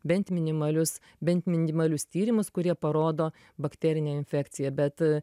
bent minimalius bent minimalius tyrimus kurie parodo bakterinę infekciją bet